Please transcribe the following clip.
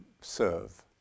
serve